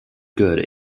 good